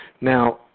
Now